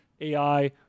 AI